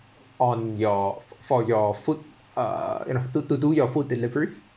on your for your food uh you know to to do your food delivery